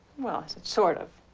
well, sort of.